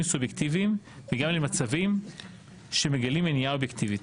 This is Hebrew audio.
סובייקטיביים וגם למצבים שמגלים מניעה אובייקטיבית.